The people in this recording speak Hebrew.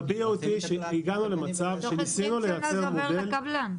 ב-BOT הגענו למצב שניסינו לייצר מודל,